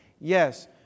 Yes